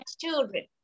children